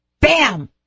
Bam